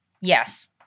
Yes